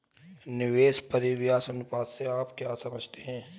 निवेश परिव्यास अनुपात से आप क्या समझते हैं?